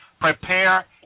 Prepare